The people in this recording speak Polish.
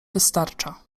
wystarcza